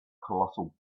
colossal